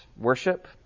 worship